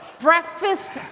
breakfast